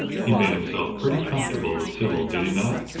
he made himself pretty comfortable with sybil, did he not?